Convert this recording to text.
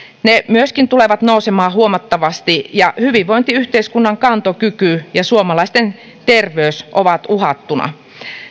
myöskin tulevat nousemaan huomattavasti ja hyvinvointiyhteiskunnan kantokyky ja suomalaisten terveys ovat uhattuna